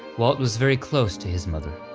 walt was very close to his mother.